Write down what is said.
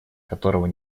которого